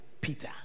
Peter